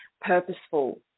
purposeful